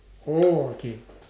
oh okay